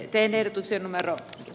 teen ehdotuksen määrä